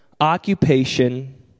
occupation